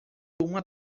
uma